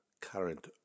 current